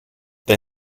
they